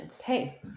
Okay